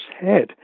head